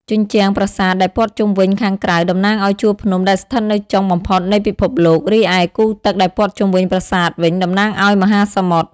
ជញ្ជាំងប្រាសាទដែលព័ទ្ធជុំវិញខាងក្រៅ តំណាងឲ្យជួរភ្នំដែលស្ថិតនៅចុងបំផុតនៃពិភពលោក រីឯគូទឹកដែលព័ទ្ធជុំវិញប្រាសាទវិញ តំណាងឲ្យមហាសមុទ្រ។